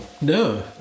No